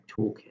toolkit